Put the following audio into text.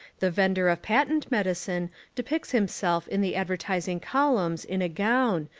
the vendor of patent medicine depicts himself in the ad vertising columns in a gown,